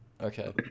Okay